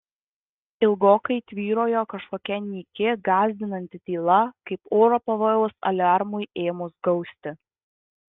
ilgokai tvyrojo kažkokia nyki gąsdinanti tyla kaip oro pavojaus aliarmui ėmus gausti